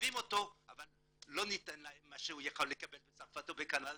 אוהבים אותו אבל לא ניתן להם מה שהוא יכול לקבל בצרפת או בקנדה,